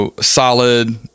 solid